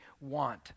want